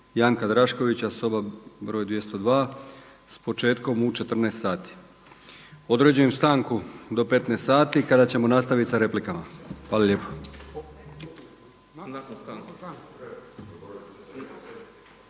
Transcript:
„Janka Draškovića“ soba broj 202 s početkom u 14 sati. Određujem stanku do 15 sati kada ćemo nastaviti sa replikama. Hvala lijepo.